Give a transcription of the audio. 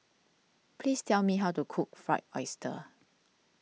please tell me how to cook Fried Oyster